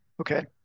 Okay